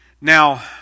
Now